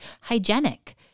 hygienic